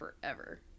forever